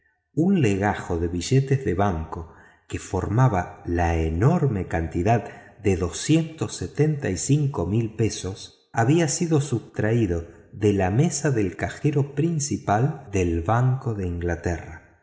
un legajo de billetes de banco que formaba la enorme cantidad de cincuenta y cinco mil libras había sido sustraído de la mesa del cajero principal del banco de inglaterra